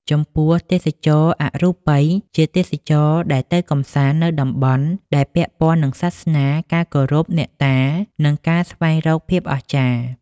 ចំពោះ ទេសចរណ៍អរូបី ជាទេសចរដែលទៅកំសាន្តនៅតំបន់ដែលពាក់ព័ន្ធនឹងសាសនា ការគោរពអ្នកតា និងការស្វែងរកភាពអស្ចារ្យ។